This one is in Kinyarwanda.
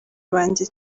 banjye